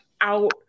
out